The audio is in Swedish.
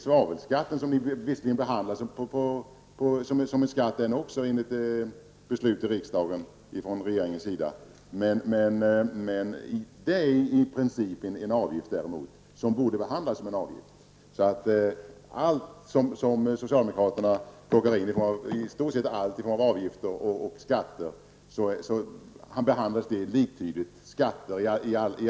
Svavelskatten, som visserligen behandlas som en skatt enligt beslut av riksdagen, är däremot i princip en avgift och bör också behandlas som en sådan. I stort sett allt som socialdemokraterna tar in i form av skatter och avgifter behandlas som skatter.